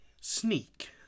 Sneak